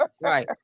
Right